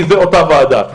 אותה ועדה.